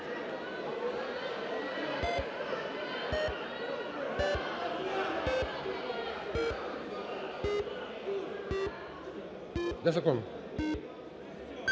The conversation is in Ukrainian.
Дякую.